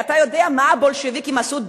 אתה יודע מה הבולשיביקים עשו,